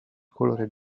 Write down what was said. colore